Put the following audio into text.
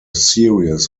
series